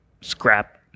scrap